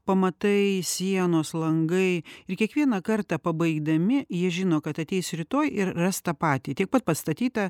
pamatai sienos langai ir kiekvieną kartą pabaigdami jie žino kad ateis rytoj ir ras tą patį tiek pat pastatyta